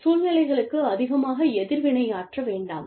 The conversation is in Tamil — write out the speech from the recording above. சூழ்நிலைகளுக்கு அதிகமாக எதிர்வினையாற்ற வேண்டாம்